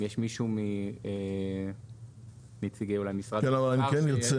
אולי יש מישהו מנציגי משרד האוצר שיוכל לחדד.